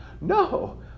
No